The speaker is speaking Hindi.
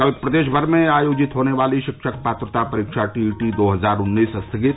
कल प्रदेश भर में आयोजित होने वाली शिक्षक पात्रता परीक्षा टी ई टी दो हजार उन्नीस स्थगित